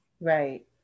Right